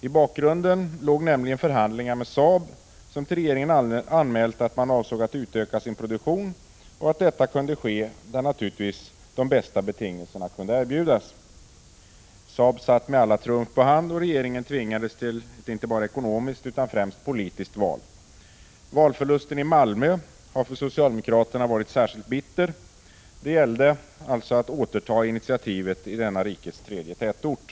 I bakgrunden låg nämligen förhandlingar med Saab, som till regeringen anmält att man avsåg att utöka sin produktion och att detta naturligtvis kunde ske där de bästa betingelserna kunde erbjudas. Saab satt med alla trumf på hand, och regeringen tvingades till ett inte bara ekonomiskt utan främst politiskt val. Valförlusten i Malmö har för socialdemokraterna varit särskilt bitter. Det gällde alltså att återta initiativet i denna rikets tredje tätort.